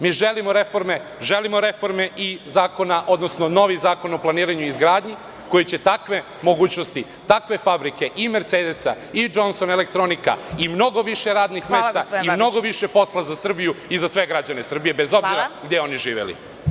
Mi želimo reforme, želimo i novi Zakon o planiranju i izgradnji koji će takve mogućnosti, takve fabrike i „Mercedesa“ i „Džonson elektronik“ i mnogo više radnih mesta i mnogo više posla za Srbiju i za sve građane Srbije, bez obzira gde oni živeli.